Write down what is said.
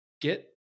get –